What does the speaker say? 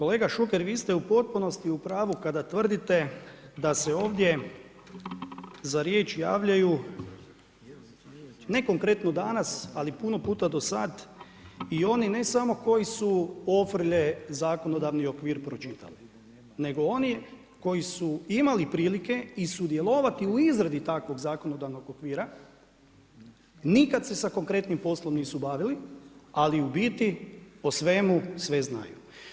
Kolega Šuker, vi ste u potpunosti u pravu, kada tvrdite da se ovdje za riječ javljaju ne konkretno danas, ali puno puta do sada i oni ne samo koji su ofrlje zakonodavni okvir pročitali, nego oni koji su imali prilike i sudjelovati u izradi takvog zakonodavnog okvira, nikada se s konkretnim poslom nisu bavili, ali u biti o svemu sve znaju.